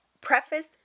preface